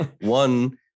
one